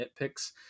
nitpicks